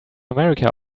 america